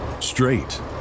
Straight